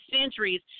centuries